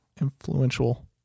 influential